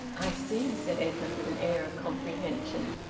i see, said edwin, with an air of comprehension.